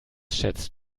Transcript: schätzt